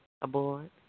aboard